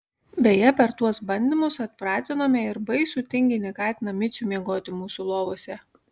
beje per tuos bandymus atpratinome ir baisų tinginį katiną micių miegoti mūsų lovose